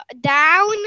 down